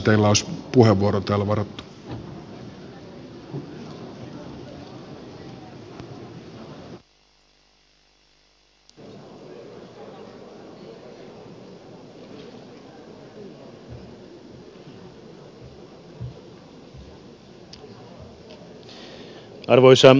arvoisa herra puhemies